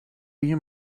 you